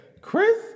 Chris